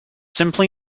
simply